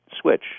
switch